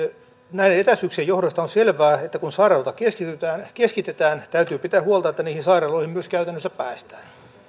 näiden etäisyyksien johdosta on selvää että kun sairaaloita keskitetään täytyy pitää huolta että niihin sairaaloihin myös käytännössä päästään